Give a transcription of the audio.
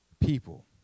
people